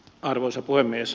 arvoisa puhemies